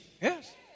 Yes